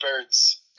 birds